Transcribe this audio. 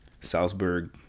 Salzburg